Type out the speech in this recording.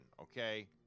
Okay